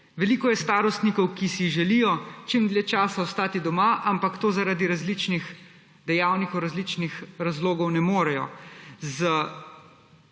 Veliko je starostnikov, ki si želijo čim dlje časa ostati doma, ampak to zaradi različnih dejavnikov, različnih razlogov ne morejo.